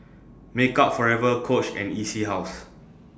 Makeup Forever Coach and E C House